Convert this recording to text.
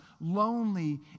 lonely